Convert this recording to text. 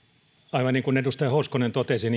aivan niin kuin edustaja hoskonen totesi